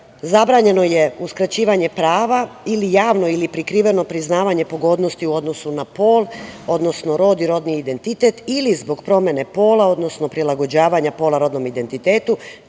zabranjeno je uskraćivanje prava ili javno ili prikriveno priznavanje pogodnosti u odnosu na pol, odnosno rod i rodni identitet ili zbog promene pola, odnosno prilagođavanja pola rodnom identitetu,